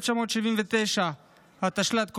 התשל"ט 1979,